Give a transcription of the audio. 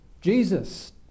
Jesus